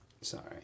Sorry